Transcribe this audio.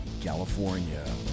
California